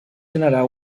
generar